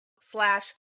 slash